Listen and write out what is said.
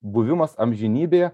buvimas amžinybėje